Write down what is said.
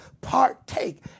partake